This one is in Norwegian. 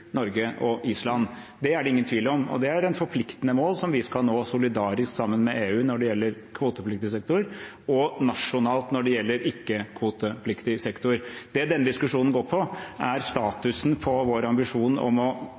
Norge og Island. Det er det ingen tvil om, og det er et forpliktende mål vi skal nå solidarisk sammen med EU når det gjelder kvotepliktig sektor, og nasjonalt når det gjelder ikke-kvotepliktig sektor. Det denne diskusjonen går på, er statusen for vår ambisjon om i hvert fall å